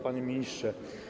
Panie Ministrze!